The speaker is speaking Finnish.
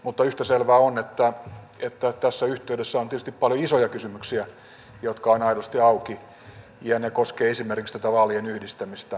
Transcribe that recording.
mutta yhtä selvää on että tässä yhteydessä on tietysti paljon isoja kysymyksiä jotka ovat aidosti auki ja ne koskevat esimerkiksi tätä vaalien yhdistämistä